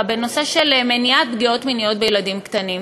בנושא מניעת פגיעות מיניות בילדים קטנים.